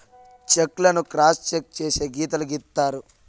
check లను cross cheque చేసి గీతలు గీత్తారు